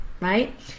right